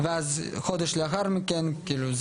וחודש לאחר מכן קיבלנו את הסטטוס החשוב הזה,